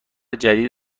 جدید